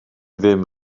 ddim